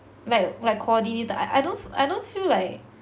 like like coordinator I I don't I don't feel like